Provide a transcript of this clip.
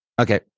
Okay